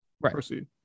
proceed